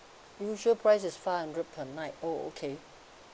usual price is five hundred per night oh okay